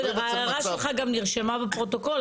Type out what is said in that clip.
ההערה שלך גם נרשמה בפרוטוקול,